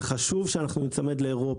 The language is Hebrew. וחשוב שניצמד לאירופה.